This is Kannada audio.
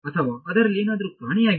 ಅಥವಾ ಅದರಲ್ಲಿ ಏನಾದರೂ ಕಾಣೆಯಾಗಿದೆ